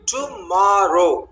Tomorrow